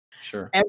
sure